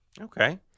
Okay